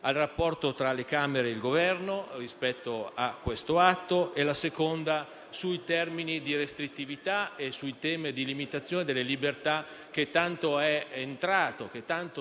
al rapporto tra le Camere e il Governo, rispetto a questo atto, e la seconda riguarda i termini di restrittività e il tema della limitazione delle libertà, che tanto